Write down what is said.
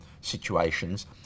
situations